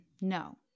No